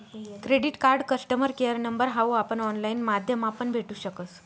credit card customer care number हाऊ आपण online माध्यमापण भेटू शकस